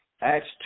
Acts